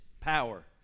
power